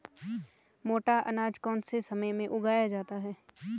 मोटा अनाज कौन से समय में उगाया जाता है?